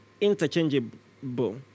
interchangeable